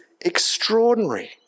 extraordinary